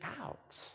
out